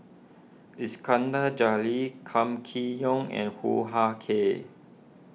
Iskandar Jalil Kam Kee Yong and Hoo Ah Kay